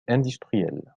industrielle